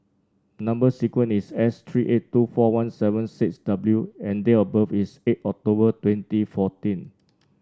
number sequence is S three eight two four one seven six W and date of birth is eight October twenty fourteen